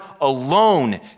alone